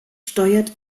steuert